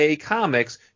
comics